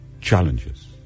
challenges